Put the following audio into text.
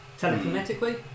telekinetically